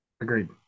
agreed